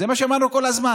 זה מה שאמרנו כל הזמן.